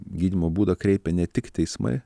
gydymo būdą kreipia ne tik teismai